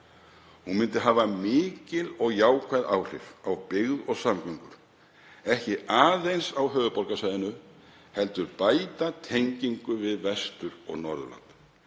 Hún myndi hafa mikil og jákvæð áhrif á byggð og samgöngur, ekki aðeins á höfuðborgarsvæðinu heldur bæta tengingu við Vesturland og Norðurland.